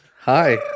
hi